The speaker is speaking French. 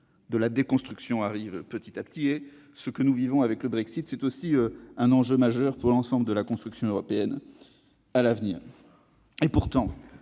de la déconstruction arrive petit à petit. Ce que nous vivons avec le Brexit est aussi un enjeu majeur pour l'ensemble de la construction européenne à l'avenir. Pourtant,